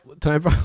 time